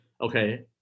okay